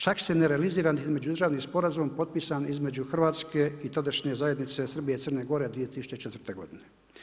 Čak se ne realizira ni međudržavni sporazum potpisan između Hrvatske i tadašnje zajednice Srbije i Crne Gore 2004. godine.